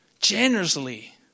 Generously